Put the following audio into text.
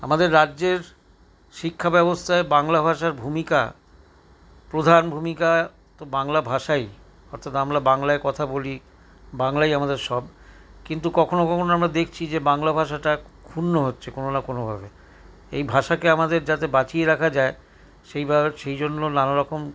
আমাদের রাজ্যের শিক্ষাব্যবস্থায় বাংলা ভাষার ভূমিকা প্রধান ভূমিকা তো বাংলা ভাষাই অর্থাৎ আমরা বাংলায় কথা বলি বাংলাই আমাদের সব কিন্তু কখনো কখনো আমরা দেখছি যে বাংলা ভাষাটা ক্ষুণ্ণ হচ্ছে কোন না কোন ভাবে এই ভাষাকে আমাদের যাতে বাঁচিয়ে রাখা যায় সেইবার সেই জন্য নানারকম